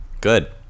Good